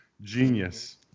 genius